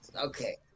okay